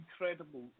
incredible